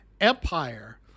Empire